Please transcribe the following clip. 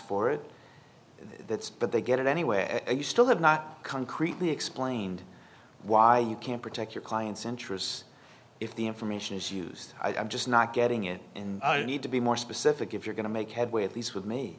for it that's but they get it anyway you still have not concretely explained why you can't protect your client's interests if the information is used i'm just not getting it in the need to be more specific if you're going to make headway at these with me